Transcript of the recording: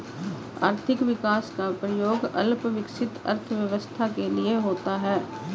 आर्थिक विकास का प्रयोग अल्प विकसित अर्थव्यवस्था के लिए होता है